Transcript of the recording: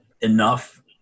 enough